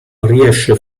riesce